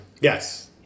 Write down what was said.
Yes